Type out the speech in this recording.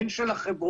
הן של החברות.